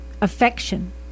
affection